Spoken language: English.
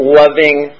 loving